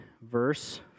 verse